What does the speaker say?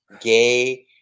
gay